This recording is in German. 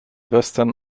western